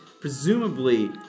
presumably